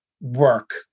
work